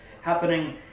happening